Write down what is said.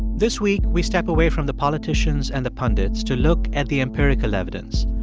this week, we step away from the politicians and the pundits to look at the empirical evidence,